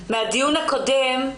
מהדיון הקודם.